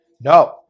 No